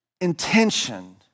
intention